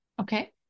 Okay